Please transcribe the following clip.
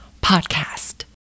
podcast